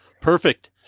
Perfect